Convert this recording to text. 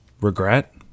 Regret